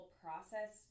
process